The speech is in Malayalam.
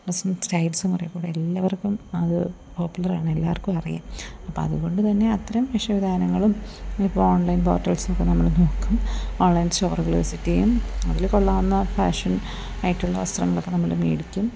ഡ്രസ്സിങ്സ്റ്റൈൽസും ഒരേപോലെ എല്ലാവർക്കും അത് പോപ്പുലറാണ് എല്ലാവർക്കും അറിയാം അപ്പം അതുകൊണ്ട് തന്നെ അത്തരം വേഷവിധാനങ്ങളും ഇപ്പം ഓൺലൈൻ പോർട്ടൽസിനൊക്കെ നമ്മൾ നോക്കും ഓൺലൈൻ സ്റ്റോറുകൾ വിസിറ്റ് ചെയ്യും അതിൽ കൊള്ളാവുന്ന ഫാഷൻ ആയിട്ടുള്ള വസ്ത്രങ്ങൾ ഒക്കെ നമ്മൾ മേടിക്കും